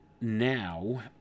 now